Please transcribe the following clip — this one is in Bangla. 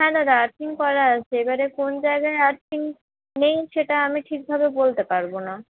হ্যাঁ দাদা আর্থিং করা আছে এবারে কোন জায়গায় আর্থিং নেই সেটা আমি ঠিকভাবে বলতে পারবো না